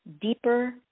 deeper